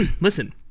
listen